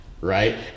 right